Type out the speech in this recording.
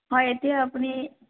হয় এতিয়া আপুনি